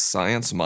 Science